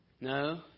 No